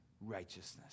righteousness